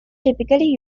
typically